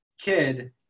kid